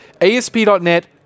ASP.NET